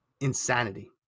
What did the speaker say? insanity